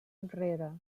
enrere